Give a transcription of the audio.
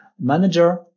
manager